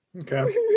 Okay